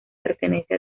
pertenece